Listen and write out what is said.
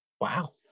Wow